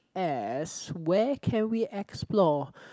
as where can we explore